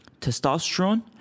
testosterone